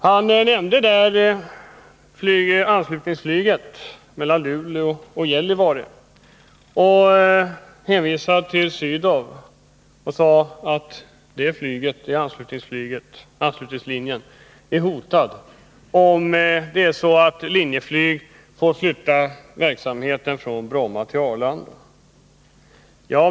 Han nämnde anslutningsflyget mellan Luleå och Gällivare, och hänvisade till Gunnar von Sydows uttalande. Anslutningslinjen är hotad, sade han, om det är så att Linjeflyg får flytta verksamheten från Bromma till Arlanda.